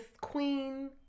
Queen